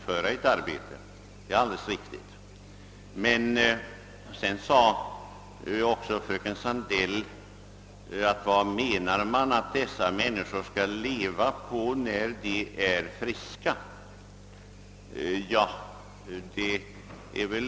Fröken Sandell undrade vad man menar att dessa människor skall leva på när de är friska.